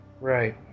Right